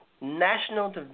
National